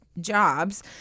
jobs